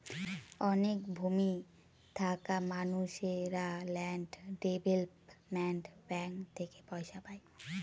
অনেক ভূমি থাকা মানুষেরা ল্যান্ড ডেভেলপমেন্ট ব্যাঙ্ক থেকে পয়সা পায়